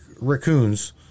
raccoons